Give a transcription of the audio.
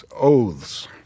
oaths